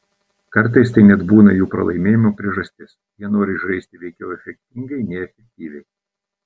kartais tai net būna jų pralaimėjimo priežastis jie nori žaisti veikiau efektingai nei efektyviai